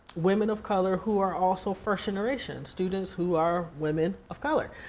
women of color, who are also first-generation. students who are women of color.